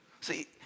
see